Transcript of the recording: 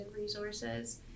resources